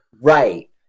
right